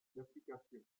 d’applications